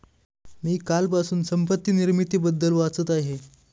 मी कालपासून संपत्ती निर्मितीबद्दल वाचत आहे